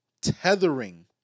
tethering